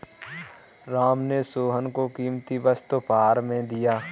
राम ने सोहन को कीमती वस्तु उपहार में दिया